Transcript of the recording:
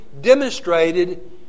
demonstrated